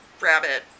rabbit